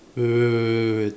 wait wait wait wait wait